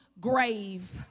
grave